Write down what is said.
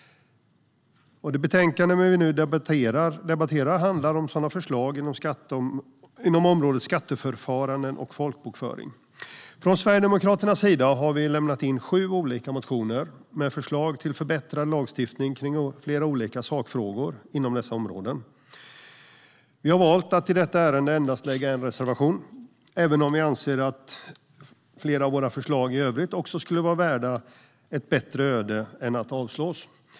Det betänkande som vi nu debatterar handlar om sådana förslag, inom området skatteförfaranden och folkbokföring. Sverigedemokraterna har lämnat in sju olika motioner med förslag till förbättrad lagstiftning i flera olika sakfrågor inom dessa områden. Vi har valt att i detta ärende lägga fram endast en reservation, även om vi anser att flera av våra övriga förslag också är värda ett bättre öde än att avslås.